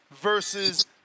versus